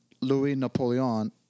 Louis-Napoleon